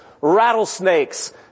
rattlesnakes